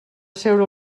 asseure